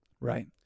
Right